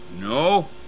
No